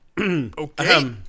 okay